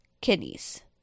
kidneys